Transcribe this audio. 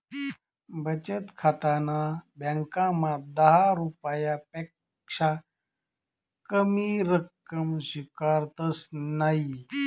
बचत खाताना ब्यांकमा दहा रुपयापक्सा कमी रक्कम स्वीकारतंस नयी